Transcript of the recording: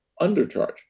undercharge